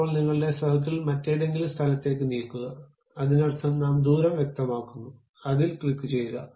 ഇപ്പോൾ നിങ്ങളുടെ സർക്കിൾ മറ്റേതെങ്കിലും സ്ഥലത്തേക്ക് നീക്കുക അതിനർത്ഥം നാം ദൂരം വ്യക്തമാക്കുന്നു അതിൽ ക്ലിക്കുചെയ്യുക